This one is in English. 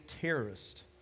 terrorist